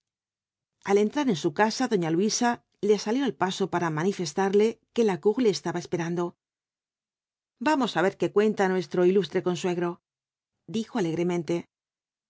al entrar en su casa doña luisa le salió al paso para manifestarle que lacour le estaba esperando vamos á ver qué cuenta nuestro ilustre consuegro dijo alegremente